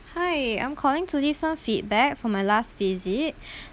hi I'm calling to leave some feedback for my last visit